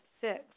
Six